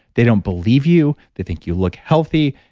they don't believe you. they think you look healthy.